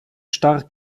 stark